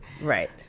Right